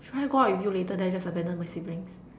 should I go out with you later then I just abandon my siblings